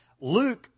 Luke